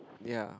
ya